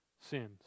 sins